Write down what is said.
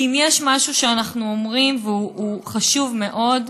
כי אם יש משהו שאנחנו אומרים והוא חשוב מאוד: